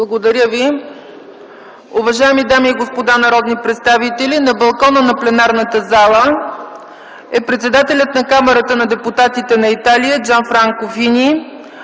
Благодаря ви.